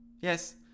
Yes